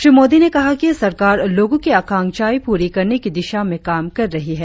श्री मोदी ने कहा कि सरकार लोगों की आकांक्षाएं पूरी करने की दिशा में काम कर रही है